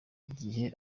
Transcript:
igihe